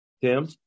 Tim